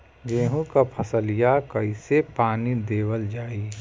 गेहूँक फसलिया कईसे पानी देवल जाई?